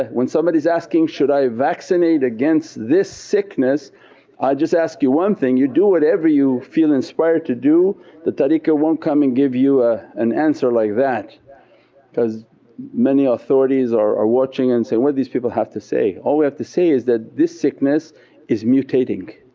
when somebody's asking should i vaccinate against this sickness i just ask you one thing you do whatever you feel inspired to do the tariqah won't come and give you an answer like that because many authorities are watching and saying, what these people have to say all we have to say is that this sickness is mutating,